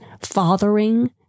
fathering